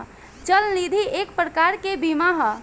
चल निधि एक प्रकार के बीमा ह